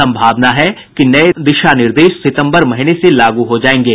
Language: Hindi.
संभावना है कि नये दिशा निर्देश सितंबर महीने से लागू हो जायेंगे